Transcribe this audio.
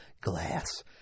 glass